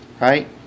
right